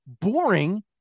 boring